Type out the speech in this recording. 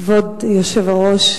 כבוד היושב-ראש,